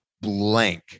Blank